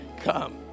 come